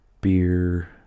Beer